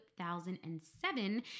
2007